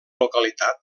localitat